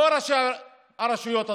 לא ראשי הרשויות הדרוזיות,